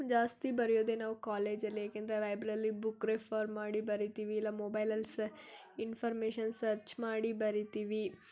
ಜಾಸ್ತಿ ಬರೆಯೋದೇ ನಾವು ಕಾಲೇಜಲ್ಲಿ ಏಕಂದರೆ ಲೈಬ್ರಲ್ಲಿ ಬುಕ್ ರೆಫರ್ ಮಾಡಿ ಬರೀತೀವಿ ಇಲ್ಲ ಮೊಬೈಲಲ್ಲಿ ಸ ಇನ್ಫಾರ್ಮೇಷನ್ ಸರ್ಚ್ ಮಾಡಿ ಬರೀತೀವಿ